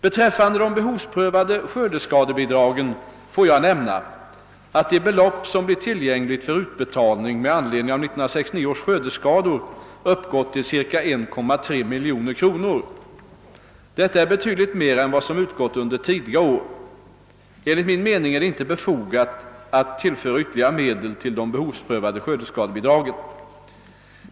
Beträffande de behovsprövade skördeskadebidragen får jag nämna att det belopp som blir tillgängligt för utbetalning med anledning av 1969 års skördeskador uppgått till ca 1,3 miljoner kronor. Detta är betydligt mer än vad som utgått under tidigare år. Enligt min mening är det inte befogat att tillföra ytterligare medel till de behovsprövade skördeskadebidragen.